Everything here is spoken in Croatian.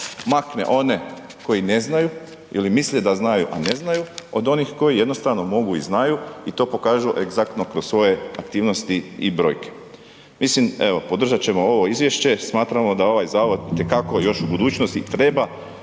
makne one koji ne znaju ili misle da znaju a ne znaju od onih koji jednostavno mogu i znaju i to pokažu egzaktno kroz svoje aktivnosti i brojke. Mislim evo, podržat ćemo ovo izvješće, smatramo da ovaj zavod itekako još u budućnosti treba